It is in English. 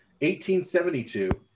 1872